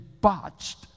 botched